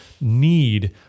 need